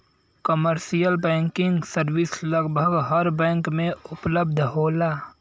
commercial banking service लगभग हर bank में उपलब्ध होला